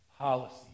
Policy